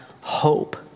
hope